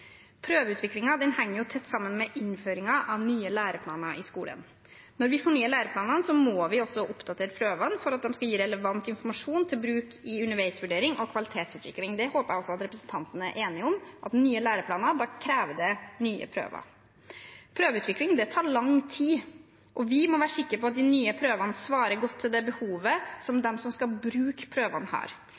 henger tett sammen med innføringen av nye læreplaner i skolen. Når vi fornyer læreplanene, må vi også oppdatere prøvene for at de skal gi relevant informasjon til bruk i underveisvurdering og kvalitetsutvikling. Jeg håper representanten er enig i at nye læreplaner krever nye prøver. Prøveutvikling tar lang tid, og vi må være sikre på at de nye prøvene svarer godt til det behovet som de som skal bruke prøvene, har.